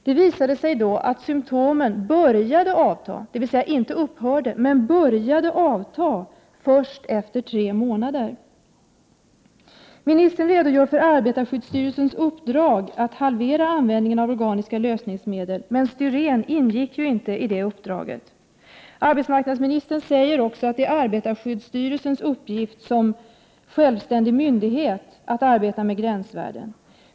Det visade sig då att symtomen började avta — de upphörde alltså inte — först efter tre månader. Ministern redogör för arbetarskyddsstyrelsens uppdrag att halvera anivändningen av organiska lösningsmedel — men styren ingick ju inte i detta uppdrag! Arbetsmarknadsministern säger också att det är arbetarskyddsstyrelsens uppgift som självständig myndighet att arbeta ut gränsvärden.